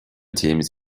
teams